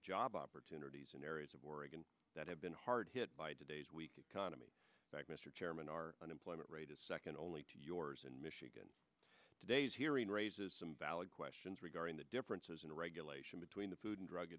job opportunities in areas of oregon that have been hard hit by today's weak economy back mr chairman our unemployment rate is second only to yours in michigan today's hearing raises some valid questions regarding the differences in regulation between the food and drug